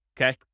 Okay